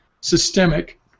systemic